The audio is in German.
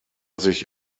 sich